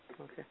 Okay